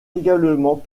également